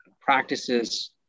practices